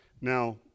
Now